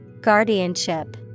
Guardianship